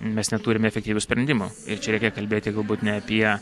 mes neturime efektyvių sprendimų ir čia reikia kalbėti galbūt ne apie